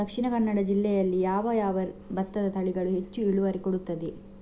ದ.ಕ ಜಿಲ್ಲೆಯಲ್ಲಿ ಯಾವ ಯಾವ ಭತ್ತದ ತಳಿಗಳು ಹೆಚ್ಚು ಇಳುವರಿ ಕೊಡುತ್ತದೆ?